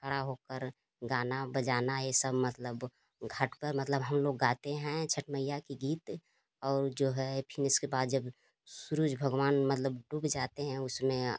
खड़ी हो कर गाना बजाना यह सब मतलब घाट पर मतलब हम लोग गाते हैं छत्त मैया के गीत और जो है फिर इसके बाद जब सूरज भगवान मतलब डूब जाते हैं उसमें